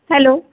hello